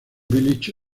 village